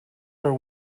are